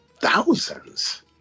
thousands